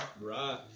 Right